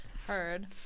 heard